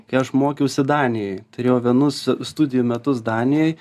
kai aš mokiausi danijoj turėjau vienus studijų metus danijoj